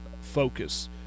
focus